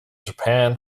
japan